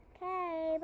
Okay